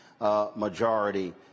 majority